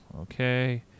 Okay